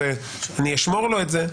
אז אני אשמור לו את זה.